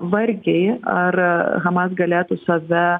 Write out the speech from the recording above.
vargiai ar hamas galėtų save